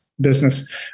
business